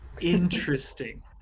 Interesting